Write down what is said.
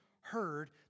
heard